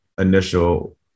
initial